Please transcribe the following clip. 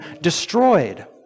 destroyed